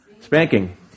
Spanking